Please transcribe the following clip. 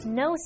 no